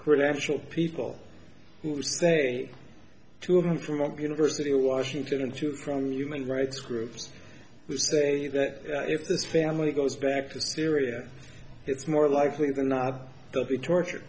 correctional people who say two of them from university of washington and two from human rights groups who say that if the family goes back to syria it's more likely than not they'll be tortured